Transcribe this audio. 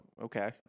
Okay